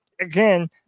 again